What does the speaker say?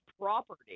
property